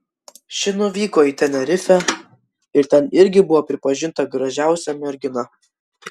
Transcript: ši nuvyko į tenerifę ir ten irgi buvo pripažinta gražiausia mergina